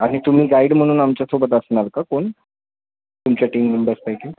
आणि तुम्ही गाईड म्हणून आमच्यासोबत असणार का कोण तुमच्या टीम मेंबर्सपैकी